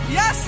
Yes